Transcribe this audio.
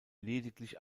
lediglich